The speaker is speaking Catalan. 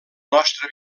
nostre